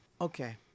Okay